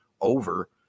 over